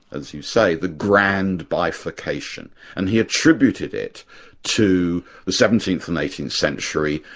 as you say, the grand bifurcation, and he attributed it to the seventeenth and eighteenth century.